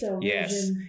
Yes